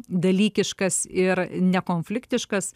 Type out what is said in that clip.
dalykiškas ir nekonfliktiškas